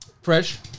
Fresh